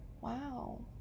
wow